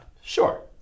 Sure